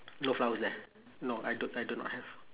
no flowers there no I do I do not have